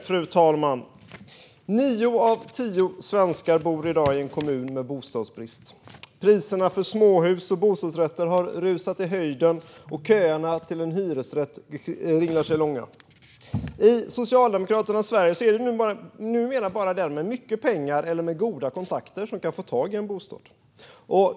Fru talman! Nio av tio svenskar bor i dag i en kommun med bostadsbrist. Priserna på småhus och bostadsrätter har rusat i höjden, och köerna till en hyresrätt ringlar långa. I Socialdemokraternas Sverige är det numera bara den med mycket pengar eller goda kontakter som kan få tag i en bostad.